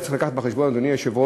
וצריך להביא בחשבון, אדוני היושב-ראש,